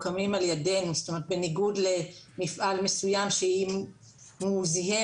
בניגוד למפעל מסוים שאם הוא זיהם,